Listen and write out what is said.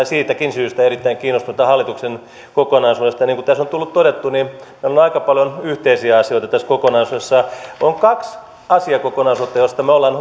siitäkin syystä erittäin kiinnostuneita hallituksen kokonaisuudesta niin kuin tässä on tullut todettua täällä on aika paljon yhteisiä asioita tässä kokonaisuudessa on kaksi asiakokonaisuutta joista me olemme